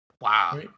Wow